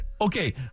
okay